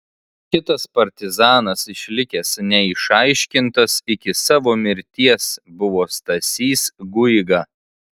kitas partizanas išlikęs neišaiškintas iki savo mirties buvo stasys guiga